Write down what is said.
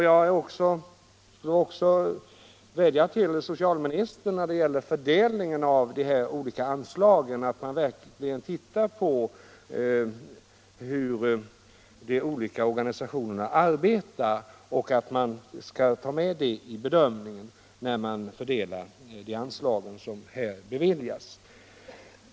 Jag vill även vädja till socialministern att vid fördelningen av de olika anslagen undersöka hur organisationerna arbetar och ta dessa i beaktande vid bedömningen av hur de anslag skall fördelas som här beviljas.